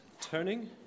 turning